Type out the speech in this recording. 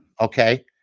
okay